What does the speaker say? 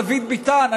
דוד ביטן.